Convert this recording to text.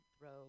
throw